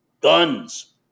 guns